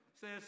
says